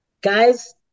Guys